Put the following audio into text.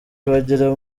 bagera